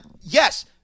Yes